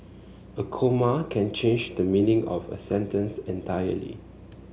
a comma can change the meaning of a sentence entirely